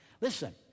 Listen